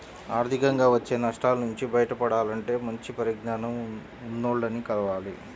ఆర్థికంగా వచ్చే నష్టాల నుంచి బయటపడాలంటే మంచి పరిజ్ఞానం ఉన్నోల్లని కలవాలి